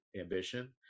ambition